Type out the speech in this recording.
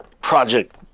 Project